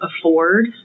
afford